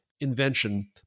Invention